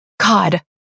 God